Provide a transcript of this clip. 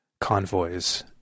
convoys